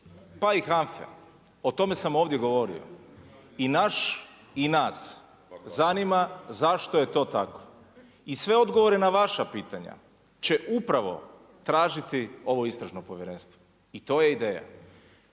pa i HANFA-e. O tome sam ovdje govorio. I nas zanima zašto je to tako. I sve odgovore na vaša pitanja će upravo tražiti ovo Istražno povjerenstvo i to je ideja.